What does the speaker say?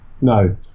No